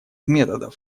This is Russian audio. методов